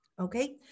Okay